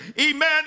amen